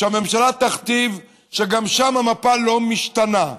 שהממשלה תכתיב שגם שם המפה לא משתנה,